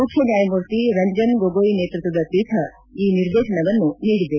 ಮುಖ್ಯನ್ಯಾಯಮೂರ್ತಿ ರಂಜನ್ ಗೊಗೊಯಿ ನೇತೃತ್ವದ ಪೀಠ ಈ ನಿರ್ದೇಶನವನ್ನು ನೀಡಿದೆ